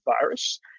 virus